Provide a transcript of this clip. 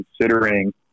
considering